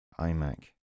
iMac